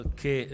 che